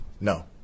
No